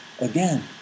again